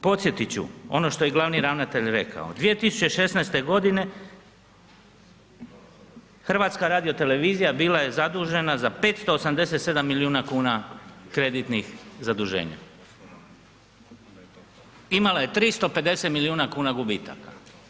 Podsjetit ću ono što je glavni ravnatelj rekao, 2016. godine HRT bila je zadužena za 587 milijuna kuna kreditnih zaduženja, imala je 350 milijuna kuna gubitaka.